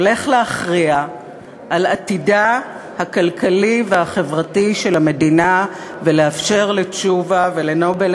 הולך להכריע על עתידה הכלכלי והחברתי של המדינה ולאפשר לתשובה ול"נובל